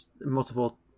multiple